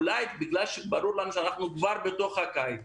אולי, בגלל שברור לנו שאנחנו כבר בתוך הקיץ